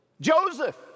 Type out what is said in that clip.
Joseph